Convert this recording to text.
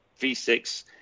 V6